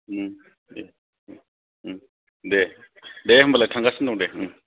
उम दे उम उम दे दे होनबालाय थांगासिनो दं दे उम